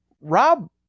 rob